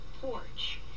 porch